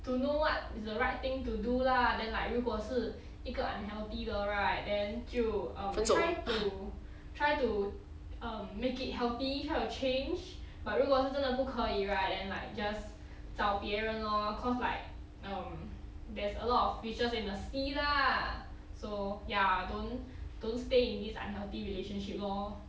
to know what is the right thing to do lah then like 如果是一个 unhealthy 的 right then 就 um try to try to um make it healthy try to change but 如果是真的不可以 right then like just 找别人 lor cause like um there's a lot of fishes in a sea lah so ya don't don't stay in this unhealthy relationship lor